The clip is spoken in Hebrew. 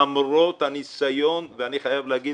למרות הניסיון ואני חייב לומר,